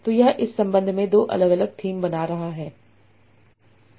तो यह इस संबंध में 2 अलग अलग थीम बना रहा है